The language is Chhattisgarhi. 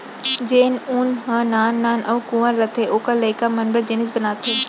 जेन ऊन ह नान नान अउ कुंवर रथे ओकर लइका मन बर जिनिस बनाथे